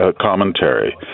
commentary